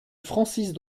francis